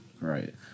Right